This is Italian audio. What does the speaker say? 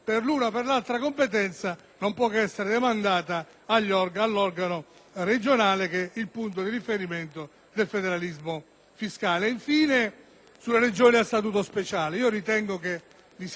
non può che essere demandato all'organo regionale, che è il punto di riferimento del federalismo fiscale. Infine, sulle Regioni a Statuto speciale ritengo vi sia stato un